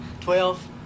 Twelve